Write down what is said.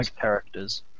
characters